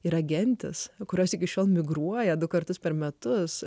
yra gentis kurios iki šiol migruoja du kartus per metus